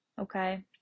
Okay